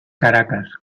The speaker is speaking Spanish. caracas